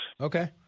Okay